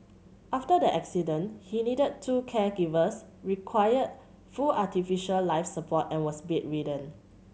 after the accident he needed two caregivers required full artificial life support and was bedridden